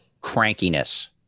crankiness